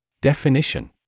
Definition